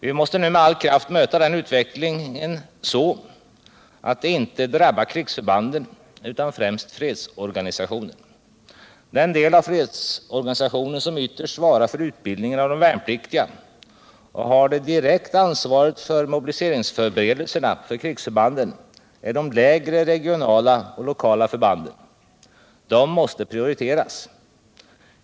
Vi måste nu med all kraft möta den utvecklingen, så att det inte drabbar krigsförbanden utan främst fredsorganisationen. Den del av fredsorganisationen som ytterst svarar för utbildningen av de värnpliktiga och har det direkta ansvaret för mobiliseringsförberedelserna för krigsförbanden är de lägre regionala och lokala förbanden. De måste prioriteras.